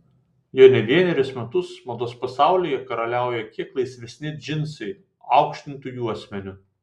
jau ne vienerius metus mados pasaulyje karaliauja kiek laisvesni džinsai aukštintu juosmeniu